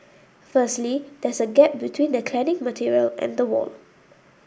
firstly there's a gap between the cladding material and the wall